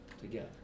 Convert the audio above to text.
together